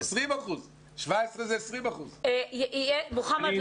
17 מיליון זה 20%. מוחמד,